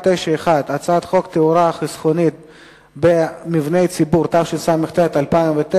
18 בעד, אין מתנגדים ואין